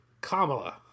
Kamala